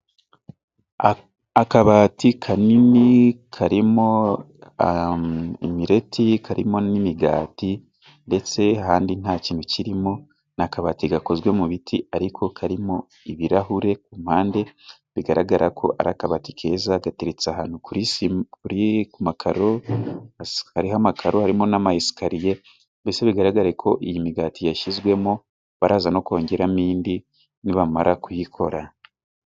Akabati kanini karimo imireti, karimo n'imigati ndetse ahandi nta kintu kirimo ni akabati gakozwe mu biti ariko karimo ibirahure ku mpande bigaragara ko ari akabati keza gateretse ahantu kuri ku makaro hariho amakaro hariho n'amasikariye mbese bigaragare ko iyi migati yashyizwemo baraza no kongeramo indi nibamara kuyikora.